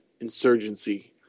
insurgency